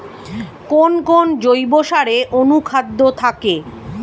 কোন কোন জৈব সারে অনুখাদ্য থাকে?